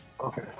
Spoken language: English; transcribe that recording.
Okay